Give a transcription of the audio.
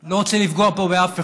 אני לא רוצה לפגוע פה באף אחד,